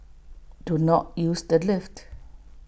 do not use the lift